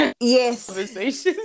yes